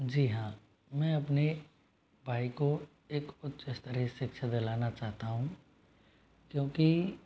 जी हाँ मैं अपने भाई को एक उच्च स्तरीय शिक्षा दिलाना चाहता हूँ क्योंकि